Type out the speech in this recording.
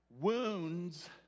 Wounds